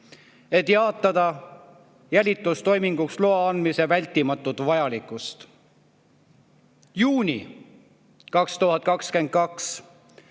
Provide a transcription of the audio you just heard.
et jaatada jälitustoiminguks loa andmise vältimatut vajalikkust. Juunis 2022